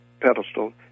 pedestal